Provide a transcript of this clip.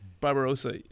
Barbarossa